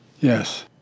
yes